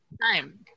time